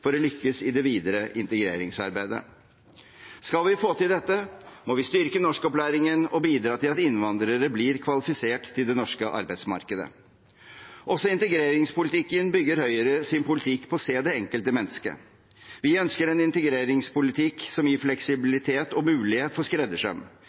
for å lykkes i det videre integreringsarbeidet. Skal vi få til dette, må vi styrke norskopplæringen og bidra til at innvandrere blir kvalifisert til det norske arbeidsmarkedet. Også i integreringspolitikken bygger Høyre sin politikk på å se det enkelte menneske. Vi ønsker en integreringspolitikk som gir